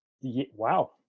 wow